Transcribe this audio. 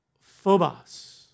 phobos